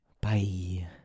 Bye